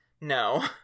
No